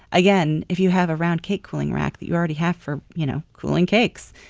again, if you have a round cake cooling rack that you already have for you know cooling cakes,